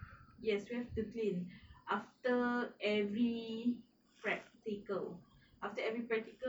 yes you have to clean after every practical after every practical